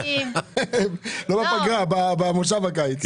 לא בפגרה, במושב הקיץ.